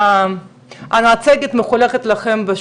המצגת מחולקת לכם.